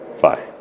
Bye